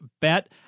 bet